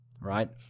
right